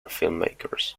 filmmakers